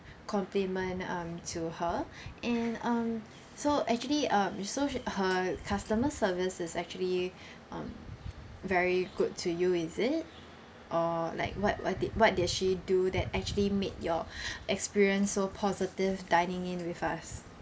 compliment um to her and um so actually um so her customer service is actually um very good to you is it or like what what did what did she do that actually made your experience so positive dining in with us